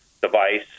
device